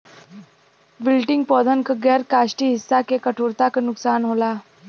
wilting पौधन क गैर काष्ठीय हिस्सा के कठोरता क नुकसान होला